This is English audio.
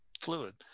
fluid